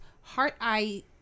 heart-eye-